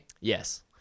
Yes